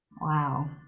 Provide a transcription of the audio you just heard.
Wow